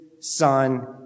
son